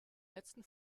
letzten